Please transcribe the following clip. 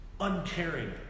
uncaring